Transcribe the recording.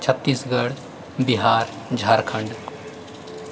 Chhattisgarh Bihar Jharkhand